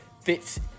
fits